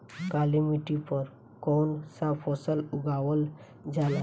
काली मिट्टी पर कौन सा फ़सल उगावल जाला?